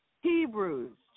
Hebrews